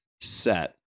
set